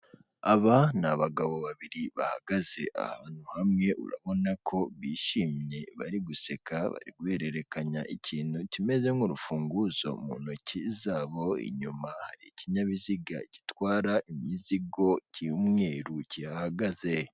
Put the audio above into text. Aba ni abagabo babiri bahagaze ahantu hamwe urabona ko bishimye bari guseka, guhererekanya ikintu kimeze nk'urufunguzo mu ntoki zabo, inyuma hari ikinyabiziga gitwara imizigo cy'umweru kihahagaze.